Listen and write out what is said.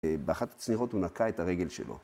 אה... באחת הצניחות הוא נקע את הרגל שלו.